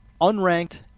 unranked